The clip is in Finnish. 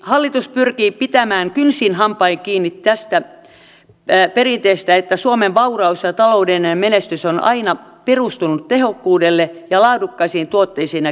hallitus pyrkii pitämään kynsin hampain kiinni tästä perinteestä että suomen vauraus ja taloudellinen menestys on aina perustunut tehokkuuteen ja laadukkaisiin tuotteisiin ja keksintöihin